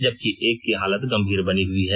जबकि एक की हालत गंभीर बनी हई है